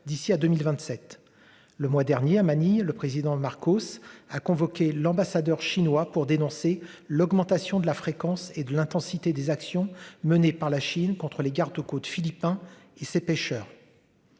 d'ici à 2027 le mois dernier à Manille, le président Marcos a convoqué l'ambassadeur chinois pour dénoncer l'augmentation de la fréquence et de l'intensité des actions menées par la Chine contre les garde-côtes philippins et ses pêcheurs.